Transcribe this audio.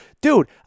dude